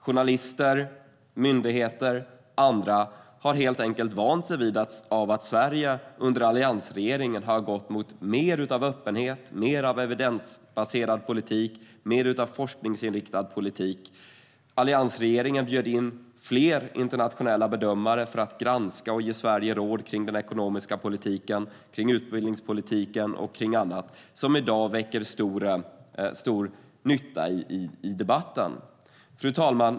Journalister, myndigheter och andra har helt enkelt vant sig vid att Sverige har gått mot mer öppenhet, mer evidensbaserad politik och mer forskningsinriktad politik under alliansregeringen. Den bjöd in flera internationella bedömare för att de skulle granska och ge Sverige råd om den ekonomiska politiken, utbildningspolitiken och annat, vilket i dag är till stor nytta i debatten. Fru talman!